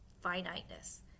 finiteness